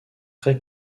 très